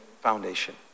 foundation